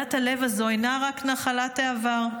הכבדת הלב הזו אינה רק נחלת העבר.